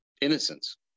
innocence